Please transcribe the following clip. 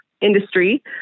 industry